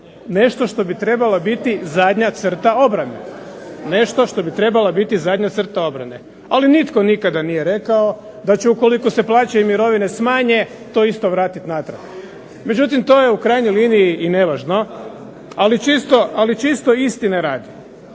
nešto što bi trebala biti zadnja crta obrane. Ali nitko nikada nije rekao da će ukoliko se plaće i mirovine smanje to isto vratiti natrag. Međutim, to je u krajnjoj liniji i nevažno, ali čisto istine radi.